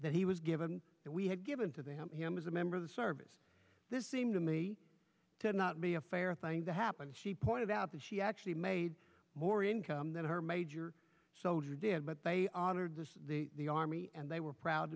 that he was given that we had given to them as a member of the service this seemed to me to not be a fair thing to happen she pointed out that she actually made more income than her major soldier did but they honored the the army and they were proud